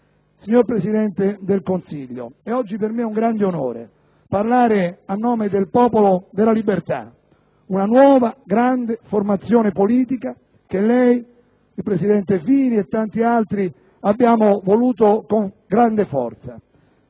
Signor Presidente del Consiglio, è oggi per me un grande onore parlare a nome del Popolo della Libertà, una nuova grande formazione politica che, insieme a lei, al presidente Fini e a tanti altri, abbiamo voluto con grande forza